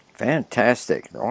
Fantastic